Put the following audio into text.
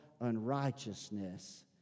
unrighteousness